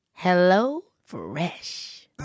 HelloFresh